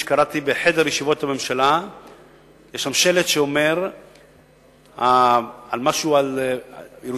נדמה לי שקראתי בחדר ישיבות הממשלה שלט שאומר משהו על ירושלים,